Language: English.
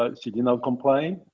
ah she did not complain.